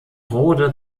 rhode